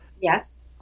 Yes